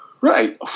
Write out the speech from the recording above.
Right